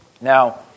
Now